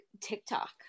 TikTok